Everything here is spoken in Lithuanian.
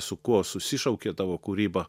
su kuo susišaukia tavo kūryba